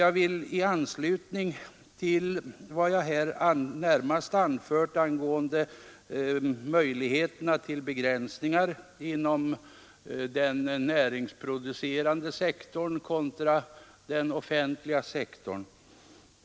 Jag vill i anslutning till vad jag här anfört angående möjligheterna till begränsningar inom den näringsproducerande sektorn kontra den offentliga sektorn redovisa några rader från vår reservation.